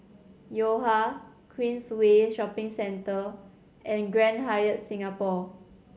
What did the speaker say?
Yo Ha Queensway Shopping Centre and Grand Hyatt Singapore